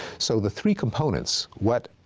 so the three components, what